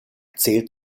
zählt